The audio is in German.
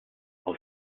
aus